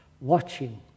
watching